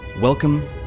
Welcome